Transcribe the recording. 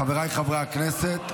חבריי חברי הכנסת,